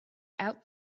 out